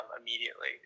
immediately